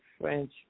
French